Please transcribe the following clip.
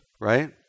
right